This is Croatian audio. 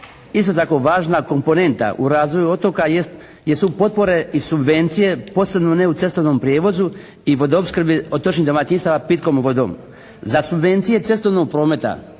isto tako važna komponenta u razvoju otoka jesu potpore i subvencije posebno ne u cestovnom prijevozu i vodoopskrbi otočnih domaćinstava pitkom vodom. Za subvencije cestovnog prometa